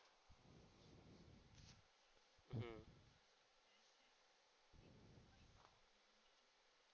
mmhmm